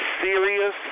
serious